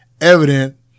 evident